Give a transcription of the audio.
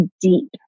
deep